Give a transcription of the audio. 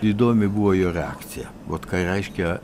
įdomi buvo jo reakcija vat ką reiškia